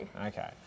Okay